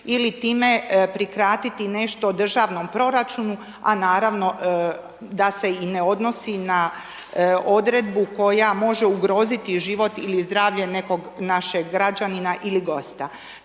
ili time prikratiti nešto državnom proračunu a naravno da se i ne odnosi na odredbu koja može ugroziti život ili zdravlje nekog našeg građanina ili gosta.